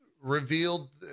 revealed